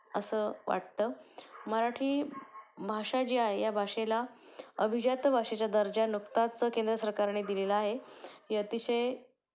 असं वाटतं मराठी भाषा जी आहे या भाषेला अभिजात भाषेचा दर्जा नुकताच केंद्र सरकारने दिलेला आहे ही अतिशय